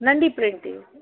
नंढी प्रिंट ते